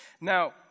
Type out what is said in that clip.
Now